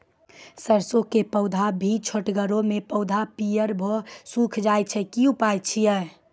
सरसों के पौधा भी छोटगरे मे पौधा पीयर भो कऽ सूख जाय छै, की उपाय छियै?